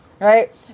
Right